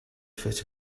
fit